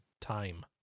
time